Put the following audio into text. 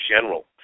general